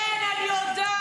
מירב --- כן, אני יודעת.